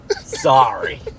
Sorry